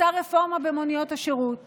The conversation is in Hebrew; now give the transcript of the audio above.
משרד